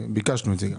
וביקשנו את זה.